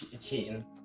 cheating